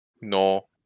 No